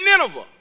Nineveh